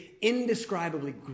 indescribably